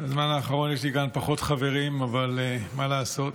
בזמן האחרון יש לי כאן פחות חברים, אבל מה לעשות,